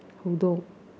ꯍꯧꯗꯣꯡ